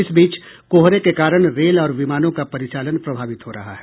इस बीच कोहरे के कारण रेल और विमानों का परिचालन प्रभावित हो रहा है